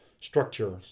structure